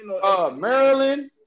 Maryland